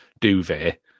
duvet